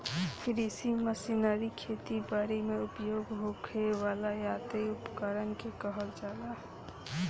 कृषि मशीनरी खेती बरी में उपयोग होखे वाला यांत्रिक उपकरण के कहल जाला